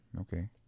Okay